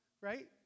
right